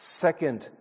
second